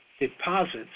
deposits